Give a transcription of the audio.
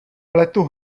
pletu